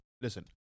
Listen